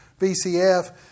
VCF